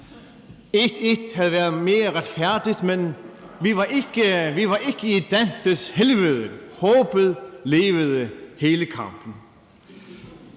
1-1 havde været mere retfærdigt, men vi var ikke i Dantes Helvede, håbet levede hele kampen.